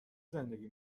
زندگی